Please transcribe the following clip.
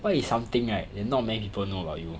what is something right that not many people know about you